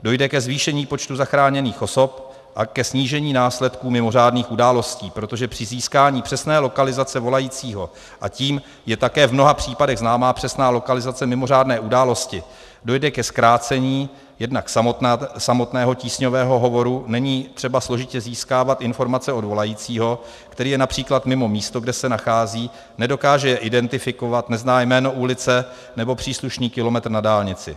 Dojde ke zvýšení počtu zachráněných osob a ke snížení následků mimořádných událostí, protože při získání přesné lokalizace volajícího, a tím je také v mnoha případech známá přesná lokalizace mimořádné události, dojde ke zkrácení jednak samotného tísňového hovoru není třeba složitě získávat informace od volajícího, který je například mimo místo, kde se nachází, nedokáže je identifikovat, nezná jméno ulice nebo příslušný kilometr na dálnici.